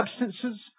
substances